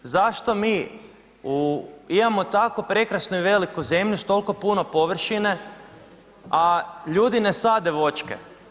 Zašto mi imamo tako prekrasnu i veliku zemlju s toliko puno površine a ljudi ne sade voćke.